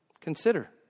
Consider